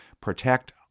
protect